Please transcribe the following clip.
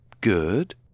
Good